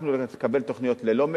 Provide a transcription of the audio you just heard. הצלחנו לקבל תוכניות ללא "מצ'ינג".